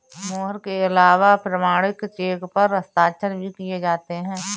मोहर के अलावा प्रमाणिक चेक पर हस्ताक्षर भी किये जाते हैं